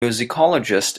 musicologist